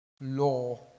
law